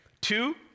Two